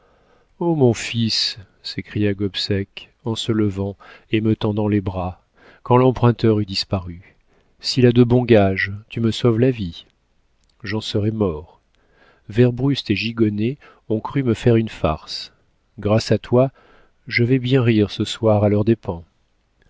o mon fils s'écria gobseck en se levant et me tendant les bras quand l'emprunteur eut disparu s'il a de bons gages tu me sauves la vie j'en serais mort werbrust et gigonnet ont cru me faire une farce grâce à toi je vais bien rire ce soir à leurs dépens